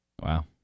Wow